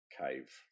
cave